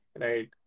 right